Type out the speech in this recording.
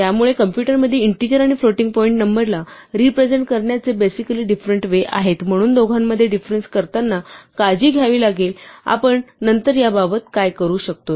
त्यामुळे कॉम्पुटर मध्ये इंटीजर आणि फ्लोटिंग पॉईंट नंबरला रेप्रेझेन्ट करण्याचे बेसिकली डीफरन्ट वे आहेत आणि म्हणून दोघांमध्ये डीफरन्स करताना काळजी घ्यावी लागेल की आपण नंबर बाबत काय करू शकतो